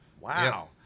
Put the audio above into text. Wow